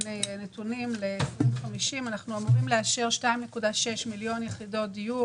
אנחנו אמורים לאשר 2.6 מיליון יחידות דיור